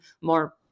more